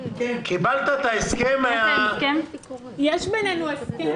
יש לך הסכם שאני צריך לדון עליו עכשיו,